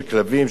של כלבים,